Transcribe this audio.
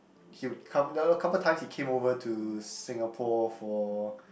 he would come down a couple times he came over to Singapore for